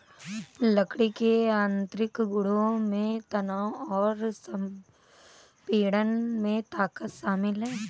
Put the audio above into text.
लकड़ी के यांत्रिक गुणों में तनाव और संपीड़न में ताकत शामिल है